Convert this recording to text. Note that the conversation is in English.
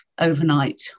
overnight